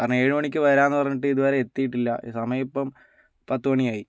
കാരണം ഏഴു മണിക്ക് വരാമെന്ന് പറഞ്ഞിട്ട് ഇതുവരെ എത്തിയിട്ടില്ല സമയം ഇപ്പം പത്തുമണിയായി